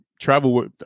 travel